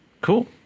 Cool